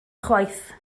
chwaith